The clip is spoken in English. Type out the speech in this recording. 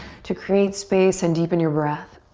to create space and deepen your breath.